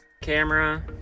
Camera